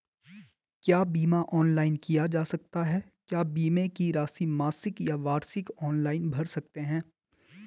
क्या बीमा ऑनलाइन किया जा सकता है क्या बीमे की राशि मासिक या वार्षिक ऑनलाइन भर सकते हैं?